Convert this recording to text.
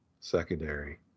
secondary